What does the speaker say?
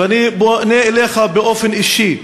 ואני פונה אליך באופן אישי,